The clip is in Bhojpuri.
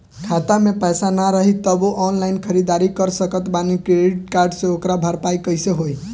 खाता में पैसा ना रही तबों ऑनलाइन ख़रीदारी कर सकत बानी क्रेडिट कार्ड से ओकर भरपाई कइसे होई?